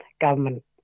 government